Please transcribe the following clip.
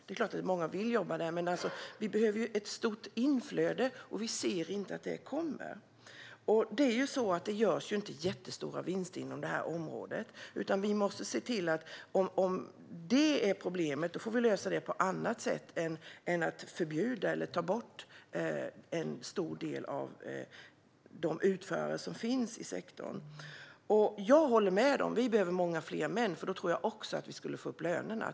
Det är klart att många vill jobba där, men vi behöver ett stort inflöde och ser inte att det kommer. Det görs ju inte jättestora vinster på det här området, och om det är problemet får vi lösa det på annat sätt än att förbjuda eller ta bort en stor del av de utförare som finns i sektorn. Jag håller med om att vi behöver många fler män i den här branschen, för då tror jag också att vi skulle få upp lönerna.